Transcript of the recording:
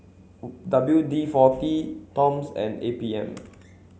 W D forty Toms and A P M